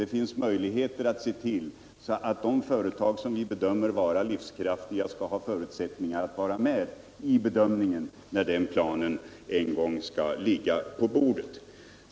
Det finns möjligheter att se till att de företag vi bedömer som livskraftiga skall vara med i bilden när den planen en gång ligger på bordet.